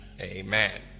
amen